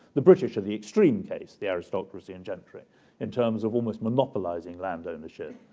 the british are the extreme case, the aristocracy and gentry in terms of almost monopolizing land ownership.